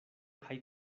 kaj